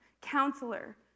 counselor